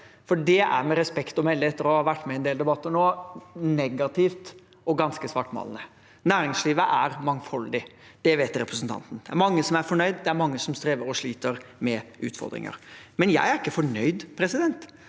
Den er med respekt å melde, etter å ha vært med i en del debatter, negativ og ganske svartmalende. Næringslivet er mangfoldig, det vet representanten. Det er mange som er fornøyd, og det er mange som strever og sliter med utfordringer. Men jeg er ikke fornøyd. Når det